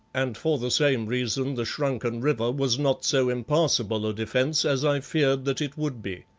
and for the same reason the shrunken river was not so impassable a defence as i feared that it would be.